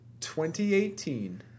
2018